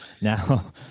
Now